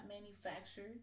manufactured